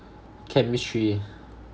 chemistry